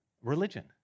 religion